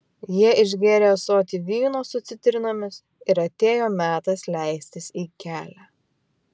jie išgėrė ąsotį vyno su citrinomis ir atėjo metas leistis į kelią